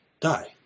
die